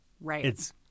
Right